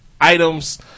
items